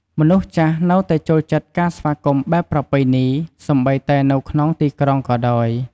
មនុស្សចាស់នៅតែចូលចិត្តការស្វាគមន៍បែបប្រពៃណី សូម្បីតែនៅក្នុងទីក្រុងក៏ដោយ។